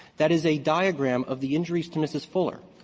that is a diagram of the injuries to mrs. fuller.